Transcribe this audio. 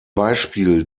beispiel